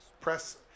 Press